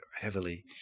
heavily